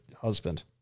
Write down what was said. husband